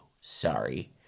sorry